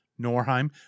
Norheim